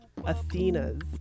Athenas